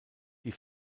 die